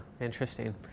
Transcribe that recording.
Interesting